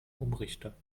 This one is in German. umrichter